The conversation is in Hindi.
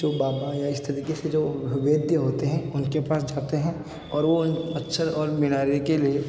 जो बाबा या इस तरीक़े से जो वेध्य होते हैं उनके पास जाते हैं और वो मच्छर और मीनारे के लिए